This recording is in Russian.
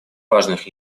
важных